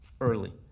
early